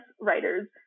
writers